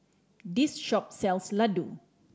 this shop sells Ladoo